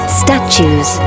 statues